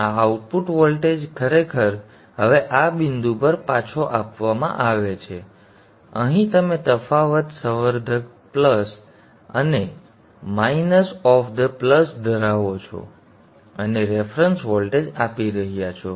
તેથી આ output voltage ખરેખર હવે આ બિંદુ પર પાછો આપવામાં આવે છે તેથી અહીં તમે તફાવત સંવર્ધક પ્લસ અને માઇનસ ઓફ ધ પ્લસ ધરાવો છો અને રેફરન્સ વોલ્ટેજ આપી રહ્યા છો